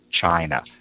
China